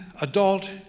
adult